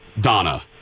Donna